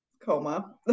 coma